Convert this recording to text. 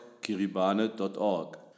kiribane.org